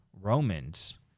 Romans